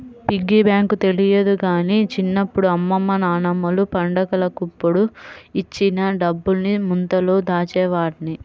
piggy bank తెలియదు గానీ చిన్నప్పుడు అమ్మమ్మ నాన్నమ్మలు పండగలప్పుడు ఇచ్చిన డబ్బుల్ని ముంతలో దాచేవాడ్ని